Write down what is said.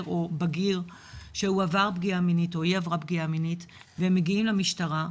או בגיר שעבר פגיעה מינית או עברה פגיעה מינית והם מגיעים למשטרה,